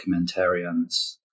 documentarians